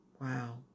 Wow